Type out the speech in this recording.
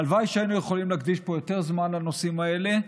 הלוואי שהיינו יכולים להקדיש פה יותר זמן לנושאים האלה,